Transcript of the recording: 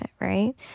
right